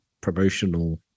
promotional